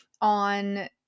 on